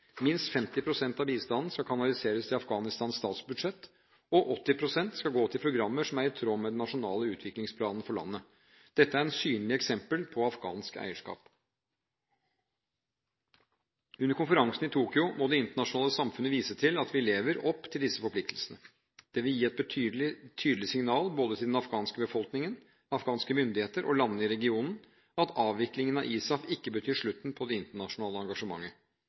Minst 50 pst. av bistanden skal kanaliseres til Afghanistans statsbudsjett, og 80 pst. skal gå til programmer som er i tråd med den nasjonale utviklingsplanen for landet. Dette er et synlig eksempel på afghansk eierskap. Under konferansen i Tokyo må det internasjonale samfunnet vise at vi lever opp til disse forpliktelsene. Det vil gi et tydelig signal både til den afghanske befolkningen, afghanske myndigheter og landene i regionen om at avviklingen av ISAF ikke betyr slutten på det internasjonale engasjementet.